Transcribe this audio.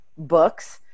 Books